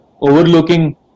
overlooking